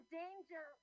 danger